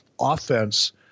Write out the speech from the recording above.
offense